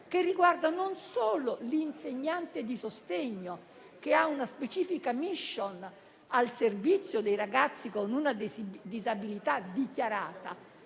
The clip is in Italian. che riguarda non solo l'insegnante di sostegno, che ha una specifica *mission* al servizio dei ragazzi con una disabilità dichiarata,